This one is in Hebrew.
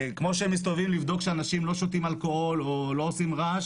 כמו שמסתובבים לבדוק שאנשים לא שותים אלכוהול או לא עושים רעש